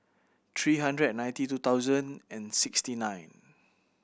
three hundred ninety two thousand and sixty nine